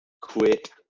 quit